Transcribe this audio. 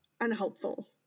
unhelpful